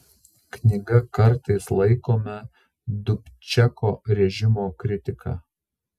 knyga kartais laikoma dubčeko režimo kritika